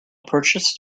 purchased